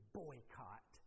boycott